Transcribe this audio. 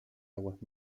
aguas